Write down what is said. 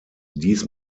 dies